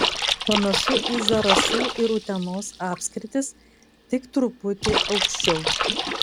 panašu į zarasų ir utenos apskritis tik truputį aukščiau